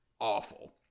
Awful